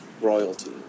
royalty